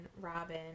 Robin